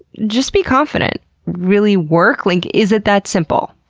just be confident really work? like is it that simple?